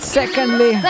secondly